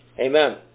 Amen